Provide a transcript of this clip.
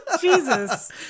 Jesus